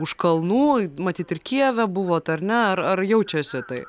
už kalnų matyt ir kijeve buvot ar ne ar ar jaučiasi tai